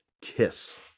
Kiss